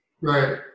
Right